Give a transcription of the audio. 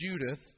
Judith